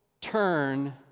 turn